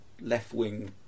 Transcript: left-wing